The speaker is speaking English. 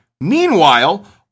Meanwhile